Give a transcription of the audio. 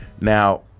Now